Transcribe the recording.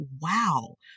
wow